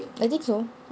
I think so